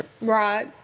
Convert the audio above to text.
Right